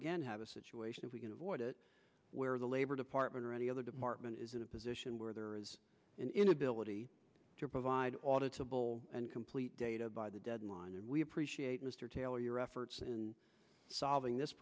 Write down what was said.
again have a situation if we can avoid it where the labor department or any other department is in a position where there is an inability to provide audit and complete data by the deadline and we appreciate mr taylor your efforts in solving this